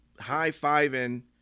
high-fiving